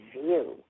view